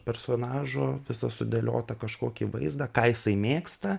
personažo visą sudėliotą kažkokį vaizdą ką jisai mėgsta